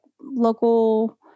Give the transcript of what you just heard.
local